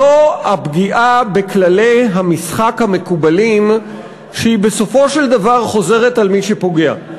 זו פגיעה בכללי המשחק המקובלים שבסופו של דבר חוזרת אל מי שפוגע.